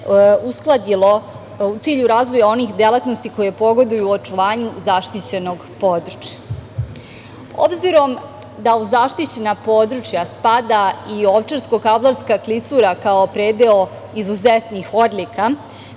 uskladilo u cilju razvoja onih delatnosti koje pogoduju očuvanju zaštićenog područja. Obzirom da u zaštićena područja spada i Ovčarko-kablarska klisura kao predeo izuzetnih odlika,